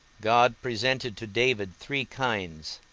god presented to david three kinds,